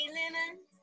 lemons